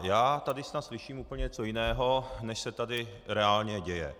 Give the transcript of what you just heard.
Já tady snad slyším úplně něco jiného, než se tady reálně děje.